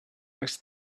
was